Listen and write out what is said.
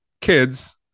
kids